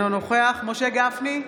אינו נוכח משה גפני,